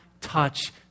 touch